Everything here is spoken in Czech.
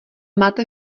máte